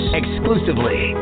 exclusively